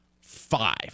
Five